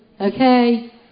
Okay